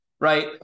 right